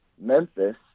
Memphis